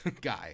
Guy